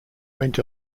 went